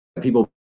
people